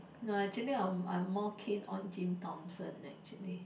no actually I'm I'm more keen on Jim Thompson actually